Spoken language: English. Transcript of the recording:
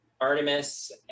Artemis